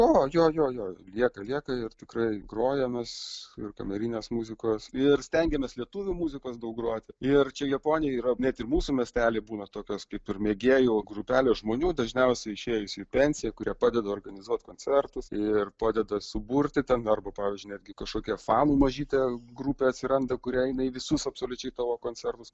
o jo jo jo lieka lieka ir tikrai grojam mes ir kamerinės muzikos ir stengiamės lietuvių muzikos daug groti ir čia japonijoj yra ne tik mūsų miestely būna tokios kaip ir mėgėjų grupelės žmonių dažniausiai išėjus į pensiją kurie padeda organizuot koncertus ir padeda suburti ten arba pavyzdžiui netgi kažkokia fanų mažytė grupė atsiranda kuri eina į visus absoliučiai tavo konsertus